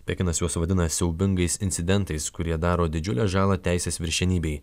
pekinas juos vadina siaubingais incidentais kurie daro didžiulę žalą teisės viršenybei